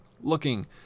Looking